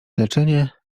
leczenie